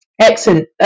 Excellent